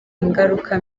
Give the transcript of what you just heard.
ingaruka